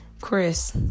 Chris